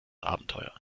abenteuer